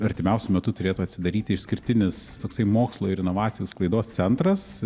artimiausiu metu turėtų atsidaryti išskirtinis toksai mokslo ir inovacijų sklaidos centras